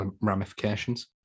ramifications